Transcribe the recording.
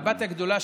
הבת הגדולה,